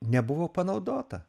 nebuvo panaudota